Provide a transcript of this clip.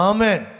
Amen